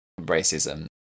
racism